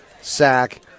sack